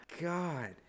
God